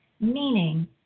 meaning